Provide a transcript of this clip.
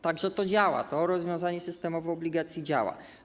Tak że to działa, to rozwiązanie systemowe dotyczące obligacji działa.